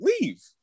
leave